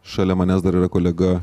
šalia manęs dar yra kolega